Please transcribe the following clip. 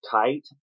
tight